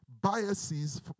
biases